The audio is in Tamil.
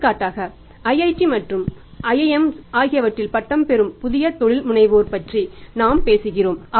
எடுத்துக்காட்டாக IIT மற்றும் IIM's ஆகியவற்றிலிருந்து பட்டம் பெறும் புதிய தொழில்முனைவோர் பற்றி நாம் பேசுகிறோம்